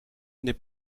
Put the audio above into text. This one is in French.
n’est